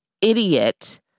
idiot